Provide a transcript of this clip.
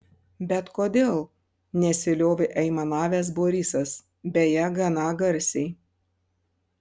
bet kodėl nesiliovė aimanavęs borisas beje gana garsiai